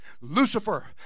Lucifer